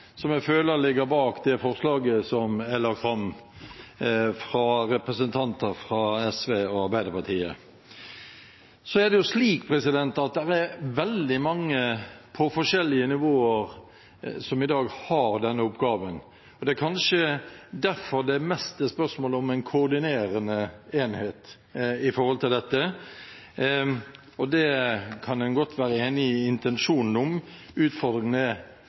som jeg føler ligger bak det forslaget som er lagt fram av representanter fra SV og Arbeiderpartiet. Det er slik at det er veldig mange på forskjellige nivåer som i dag har denne oppgaven. Det er kanskje derfor det mest er spørsmål om en koordinerende enhet i forhold til dette. Her kan en godt være enig i intensjonen,